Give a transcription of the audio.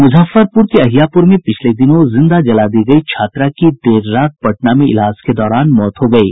मुजफ्फरपूर के अहियापूर में पिछले दिनों जिंदा जला दी गयी छात्रा की देर रात पटना में इलाज के दौरान मौत हो गयी